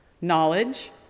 Knowledge